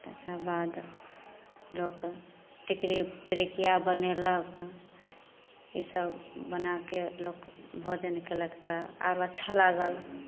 तकर बाद लोक टिकरी पिरिकिया बनेलक ई सब बनाके लोक भोजन केलक तऽ आरो अच्छा लागल